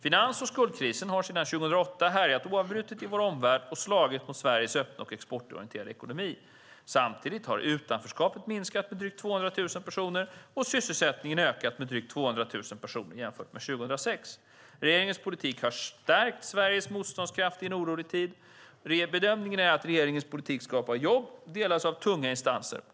Finans och skuldkriser har sedan 2008 härjat oavbrutet i vår omvärld och slagit mot Sveriges öppna och exportorienterade ekonomi. Samtidigt har utanförskapet minskat med drygt 200 000 personer och sysselsättningen ökat med drygt 200 000 personer jämfört med 2006. Regeringens politik har stärkt Sveriges motståndskraft i en orolig tid. Bedömningen att regeringens politik skapar jobb delas av tunga instanser.